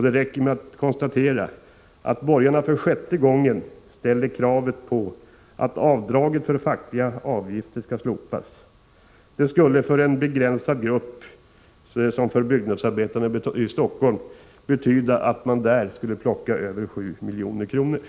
Det räcker med att konstatera att borgarna för sjätte gången ställer krav på att avdraget för fackliga avgifter skall slopas. Det skulle betyda att man plockade över 7 milj.kr. från en begränsad grupp som byggnadsarbetarna i Stockholm.